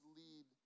lead